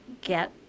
get